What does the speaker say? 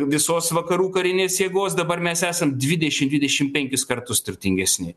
visos vakarų karinės jėgos dabar mes esam dvidešim dvidešim penkis kartus turtingesni